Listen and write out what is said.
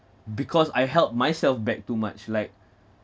because I held myself back too much like